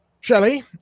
Shelley